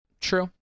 True